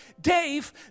Dave